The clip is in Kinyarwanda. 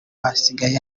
hasigaye